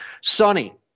Sonny